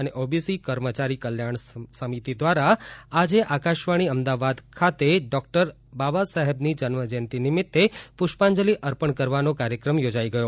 અને ઓબીસી કર્મચારી કલ્યાણ સમિતિ ધ્વારા આજે આકાશવાણી અમદાવાદ ખાતે પણ ડોકટર બાબા સાહેબની જન્મ જયંતિ નિમિત્તે પુષ્પાંજલી અર્પણ કરવાનો કાર્યક્રમ યોજાઈ ગયો